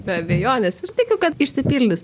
be abejonės ir tikiu kad išsipildys